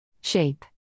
Shape